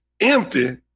empty